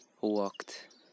walked